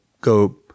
go